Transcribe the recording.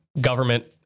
government